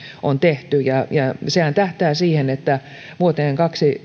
on tehty sehän tähtää vuoteen